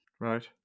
Right